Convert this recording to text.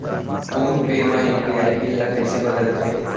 Phone पे म UPI PIN ल कइसे बदलथे?